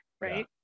right